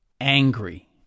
angry